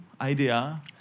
idea